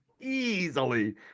easily